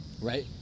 right